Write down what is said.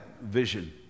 vision